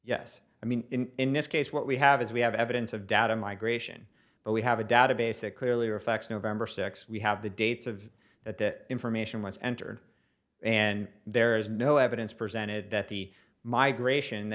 yes i mean in this case what we have is we have evidence of data migration but we have a database that clearly reflects november sixth we have the dates of that information was entered and there is no evidence presented that the migration